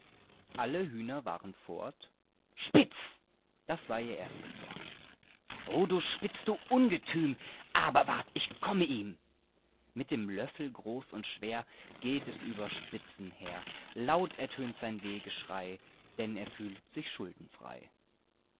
alle hühner waren fort spitz das war ihr erstes wort oh du spitz du ungetüm aber wart ich komme ihm mit dem löffel groß und schwer geht es über spitzen her laut ertönt sein wehgeschrei denn er fühlt sich schuldenfrei